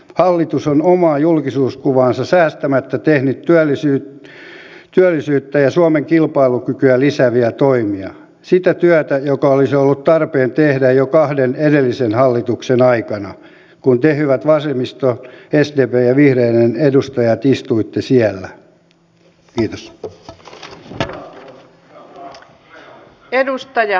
hallitus on omaa julkisuuskuvaansa säästämättä tehnyt työllisyyttä ja suomen kilpailukykyä lisääviä toimia sitä työtä joka olisi ollut tarpeen tehdä jo kahden edellisen hallituksen aikana kun te hyvät vasemmiston sdpn ja vihreiden edustajat istuitte siellä